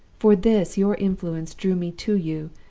for this, your influence drew me to you,